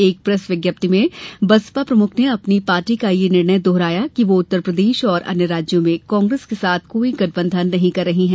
एक प्रेस विज्ञप्ति में बसपा प्रमुख ने अपनी पार्टी का यह निर्णय दोहराया कि वह उत्तर प्रदेश और अन्य राज्यों में कांग्रेस के साथ कोई गठबंधन नहीं कर रही है